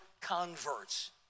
converts